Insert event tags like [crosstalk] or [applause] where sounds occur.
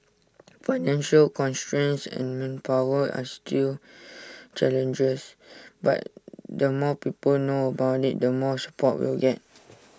financial constraints and manpower are still [noise] challenges but the more people know about IT the more support we'll get